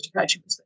education